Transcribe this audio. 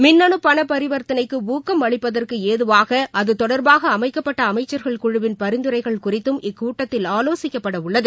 மின்னணுபணபரிவர்த்தனைக்குஊக்கம் அளிப்பதற்குஏதுவாகஅதுதொடர்பாகஅமைக்கப்பட்ட அமைச்சர்கள் பரிந்துரைகள் குழுவின் குறித்தும் இக்கூட்டத்தில் ஆலோசிக்கப்படஉள்ளது